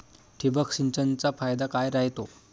ठिबक सिंचनचा फायदा काय राह्यतो?